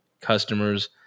customers